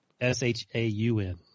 S-H-A-U-N